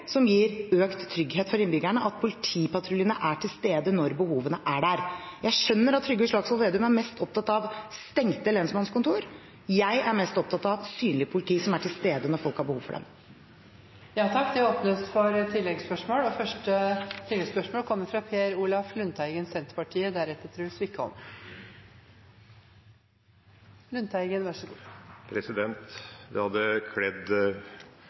som gir økt trygghet for innbyggerne – at politipatruljene er til stede når behovet er der. Jeg skjønner at Trygve Slagsvold Vedum er mest opptatt av stengte lensmannskontor, jeg er mest opptatt av synlig politi som er til stede når folk har behov for dem. Det åpnes for oppfølgingsspørsmål – først Per Olaf Lundteigen. Det hadde kledd finansministeren og Fremskrittspartiets leder ikke å ha slik språkbruk som at Senterpartiet er mest interessert i stengte lensmannskontor. Det